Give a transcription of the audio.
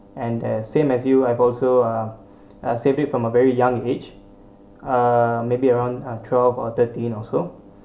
and eh same as you I've also uh save it from a very young age uh maybe around uh twelve or thirteen also